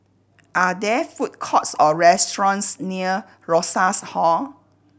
are there food courts or restaurants near Rosas Hall